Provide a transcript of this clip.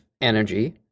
energy